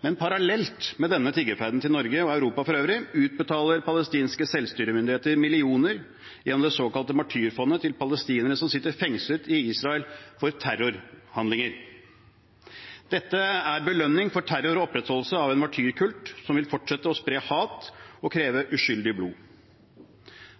men parallelt med denne tiggerferden til Norge og Europa for øvrig utbetaler palestinske selvstyremyndigheter millioner gjennom det såkalte martyrfondet til palestinere som sitter fengslet i Israel for terrorhandlinger. Dette er belønning for terror og opprettholdelse av en martyrkult som vil fortsette å spre hat og kreve uskyldig blod.